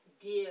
give